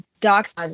Docs